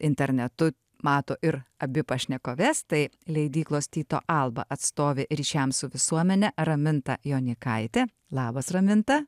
internetu mato ir abi pašnekoves tai leidyklos tyto alba atstovė ryšiams su visuomene raminta jonykaitė labas raminta